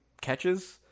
catches